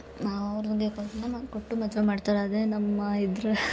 ನಾ ಅವರಿಗೆ ಕೊಟ್ಟು ಮದ್ವೆ ಮಾಡ್ತಾರೆ ಅದೇ ನಮ್ಮ ಇದ್ರ